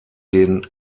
den